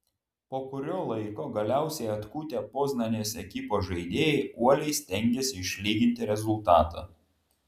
po kurio laiko galiausiai atkutę poznanės ekipos žaidėjai uoliai stengėsi išlyginti rezultatą